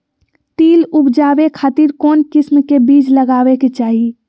तिल उबजाबे खातिर कौन किस्म के बीज लगावे के चाही?